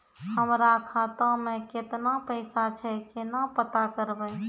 हमरा खाता मे केतना पैसा छै, केना पता करबै?